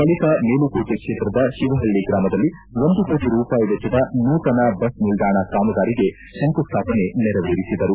ಬಳಿಕ ಮೇಲುಕೋಟೆ ಕ್ಷೇತ್ರದ ಶಿವಪಳ್ಳಿ ಗ್ರಾಮದಲ್ಲಿ ಒಂದು ಕೋಟಿ ರೂಪಾಯಿ ವೆಚ್ವದ ನೂತನ ಬಸ್ ನಿಲ್ದಾಣ ಕಾಮಗಾರಿಗೆ ಶಂಕುಸ್ಟಾಪನೆ ನೆರವೇರಿಸಿದರು